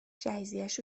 جهیزیهش